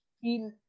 feel